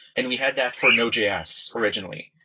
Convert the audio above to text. and we had that for node js originally.